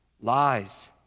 lies